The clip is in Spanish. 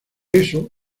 eso